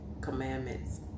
commandments